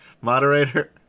moderator